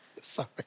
Sorry